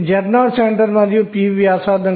m 0 m 1 0 మరియు 1 మరియు మొదలైనవి